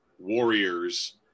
Warriors